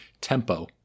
tempo